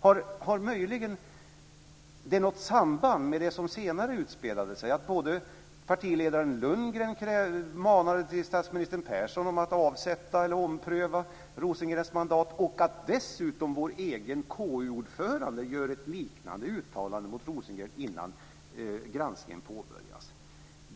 Har det möjligen något samband med det som senare utspelade sig - både att partiledare Lundgren manade statsminister Persson att avsätta Rosengren eller ompröva hans mandat och att dessutom vår egen KU-ordförande gjorde ett liknande uttalande mot Rosengren innan granskningen påbörjats?